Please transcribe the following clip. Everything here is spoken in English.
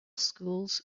schools